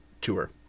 tour